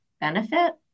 benefit